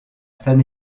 san